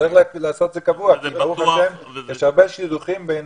צריך לעשות את זה קבוע כי ברוך השם יש הרבה שידוכים בין